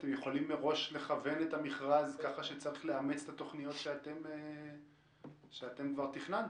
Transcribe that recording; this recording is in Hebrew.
אתם יכולים לכוון את המכרז ככה שצריך לאמץ את התוכניות שכבר תכננתם.